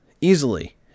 easily